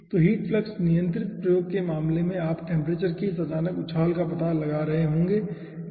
तो heat flux नियंत्रित प्रयोग के मामले में आप टेम्परेचर के इस अचानक उछाल का पता लगा रहे होंगे ठीक है